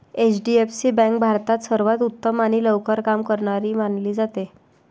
HDFC bank भारतात सर्वांत उत्तम आणि लवकर काम करणारी मानली जाते